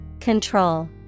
Control